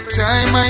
time